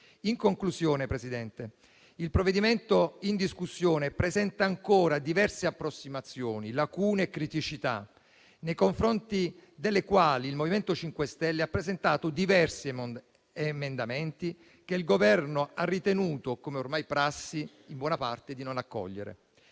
del risparmio. Il provvedimento in discussione presenta ancora diverse approssimazioni, lacune e criticità nei confronti delle quali il MoVimento 5 Stelle ha presentato diversi emendamenti che il Governo ha ritenuto in buona parte di non accogliere,